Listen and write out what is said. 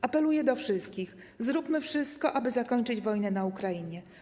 Apeluję do wszystkich: zróbmy wszystko, aby zakończyć wojnę na Ukrainie.